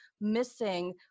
missing